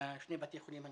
לשני בתי החולים הנוספים,